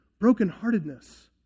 brokenheartedness